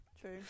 True